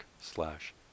slash